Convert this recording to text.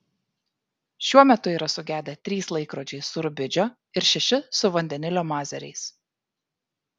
šiuo metu yra sugedę trys laikrodžiai su rubidžio ir šeši su vandenilio mazeriais